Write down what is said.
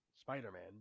Spider-Man